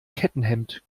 kettenhemd